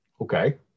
Okay